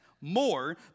more